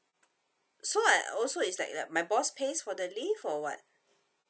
so I also is like like my boss pays for the leave or what